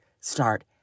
start